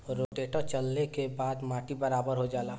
rotator चलले के बाद माटी बराबर हो जाला